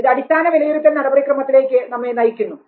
ഇത് അടിസ്ഥാന വിലയിരുത്തൽ നടപടിക്രമത്തിലേക്ക് നമ്മെ നയിക്കുന്നു